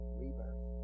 rebirth